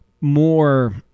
more